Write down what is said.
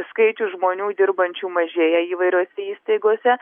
skaičius žmonių dirbančių mažėja įvairiose įstaigose